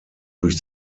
durch